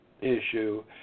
issue